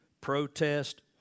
protest